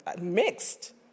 mixed